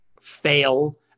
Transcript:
fail